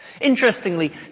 Interestingly